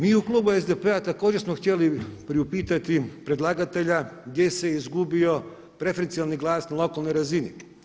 Mi u klubu SDP-a također smo htjeli priupitati predlagatelja gdje se izgubio preferencijalni glas na lokalnoj razini.